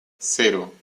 cero